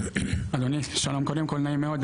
אדוני, שלום, נעים מאוד.